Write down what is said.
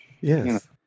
Yes